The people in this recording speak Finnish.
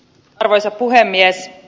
arvoisa puhemies